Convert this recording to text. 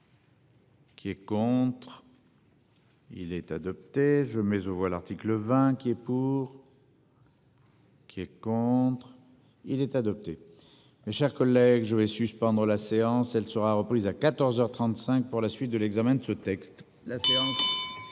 Qui est contre. Il est adopté. Je mets aux voix l'article 20 qui est pour. Qui est contre, il est adopté. Mes chers collègues, je vais suspendre la séance elle sera reprise à 14h 35 pour la suite de l'examen de ce texte là.